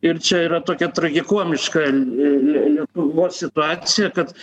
ir čia yra tokia tragikomiška lietuvos situacija kad